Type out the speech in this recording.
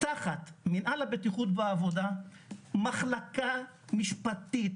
תחת מנהל הבטיחות בעבודה מחלקה משפטית,